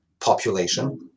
population